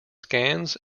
scans